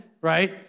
right